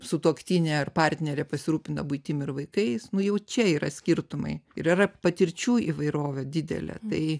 sutuoktinė ar partnerė pasirūpina buitim ir vaikais nu jau čia yra skirtumai ir yra patirčių įvairovė didelė tai